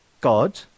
God